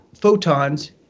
photons